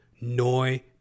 Noi